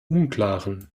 unklaren